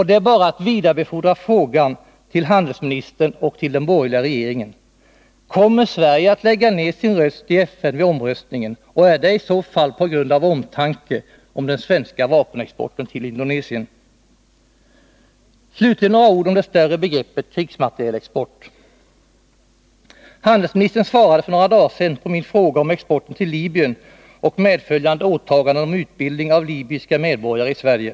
Det är bara att vidarebefordra frågan till handelsministern och den borgerliga regeringen: Kommer Sverige att i FN lägga ned sin röst vid omröstningen, och görs detta i så fall av omtanke om Slutligen några ord om det större begreppet krigsmaterielexport. Handelsministern svarade för några dagar sedan på min fråga om exporten till Libyen och åtföljande åtaganden om utbildning av libyska medborgare i Sverige.